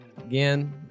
again